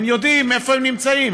הם יודעים איפה הם נמצאים.